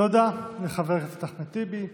תודה לחבר הכנסת אחמד טיבי.